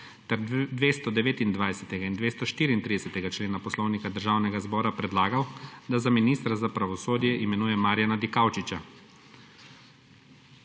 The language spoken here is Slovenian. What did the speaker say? ter 229. in 234. člena Poslovnika Državnega zbora predlagal, da za ministra za pravosodje imenuje Marjana Dikaučiča.